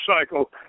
cycle